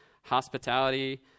hospitality